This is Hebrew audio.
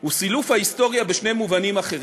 הוא סילוף ההיסטוריה בשני מובנים אחרים.